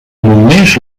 només